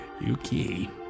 Yuki